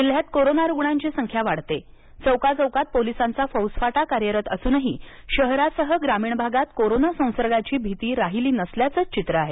जिल्ह्यात कोरोना रूग्णांची संख्या वाढतेय चौकाचौकात पोलिसांचा फौजफाटा कार्यरत असूनही शहरासह ग्रामीण भागात कोरोना संसर्गाची भीती राहिली नसल्याचेच चित्र आहे